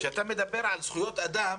כשאתה מדבר על זכויות אדם,